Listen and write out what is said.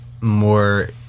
more